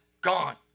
gone